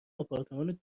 آپارتمان